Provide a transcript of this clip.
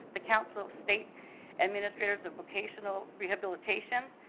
the council of state administrators of vocational rehabilitation,